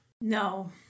No